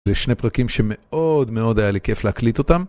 זה שני פרקים שמאוד מאוד היה לי כיף להקליט אותם.